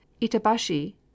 Itabashi